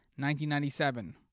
1997